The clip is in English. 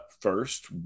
first